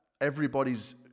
everybody's